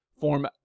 Form